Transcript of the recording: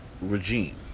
Regime